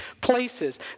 places